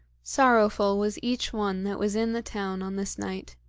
sorrowful was each one that was in the town on this night.